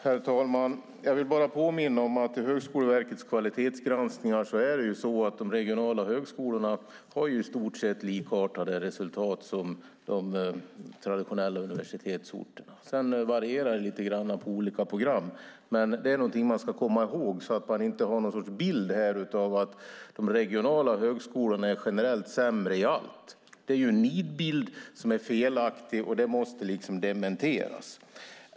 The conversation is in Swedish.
Herr talman! Jag vill påminna om att i Högskoleverkets kvalitetsgranskningar har de regionala högskolorna i stort sett likartade resultat som de traditionella universitetsorterna. Det varierar lite grann för olika program. Men vi ska komma ihåg detta så att bilden inte blir att de regionala högskolorna är generellt sämre i allt. Det är en nidbild som är felaktig, och det måste dementeras.